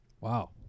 Wow